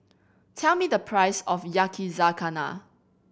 tell me the price of Yakizakana